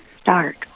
start